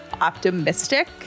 optimistic